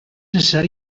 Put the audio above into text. necessari